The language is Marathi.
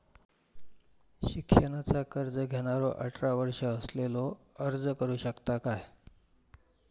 शिक्षणाचा कर्ज घेणारो अठरा वर्ष असलेलो अर्ज करू शकता काय?